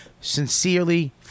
Sincerely